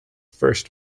first